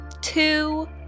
two